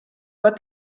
but